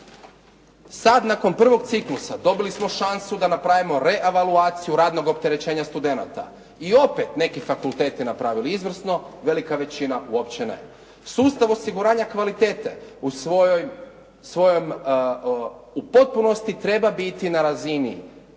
Sad nakon prvog ciklusa dobili smo šansu da napravimo reevaluaciju radnog opterećenja studenata i opet neki fakulteti napravili izvrsno, velika većina uopće ne. Sustav osiguranja kvalitete u potpunosti treba biti na razini